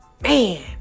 Man